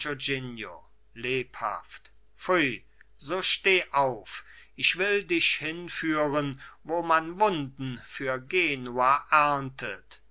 lebhaft pfui so steh auf ich will dich hinführen wo man wunden für genua erntet